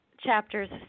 chapters